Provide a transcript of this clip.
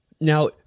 Now